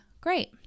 great